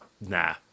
nah